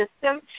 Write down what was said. system